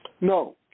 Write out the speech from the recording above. No